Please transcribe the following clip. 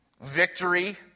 victory